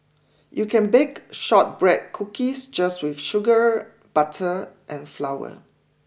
you can bake Shortbread Cookies just with sugar butter and flour